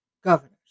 governors